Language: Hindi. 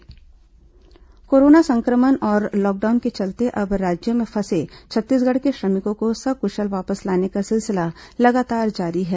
कोरोना श्रमिक स्पेशल ट्रेन कोरोना संक्रमण और लॉकडाउन के चलते अन्य राज्यों में फंसे छत्तीसगढ़ के श्रमिकों को सकुशल वापस लाने का सिलसिला लगातार जारी है